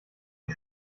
ich